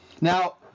Now